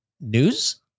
news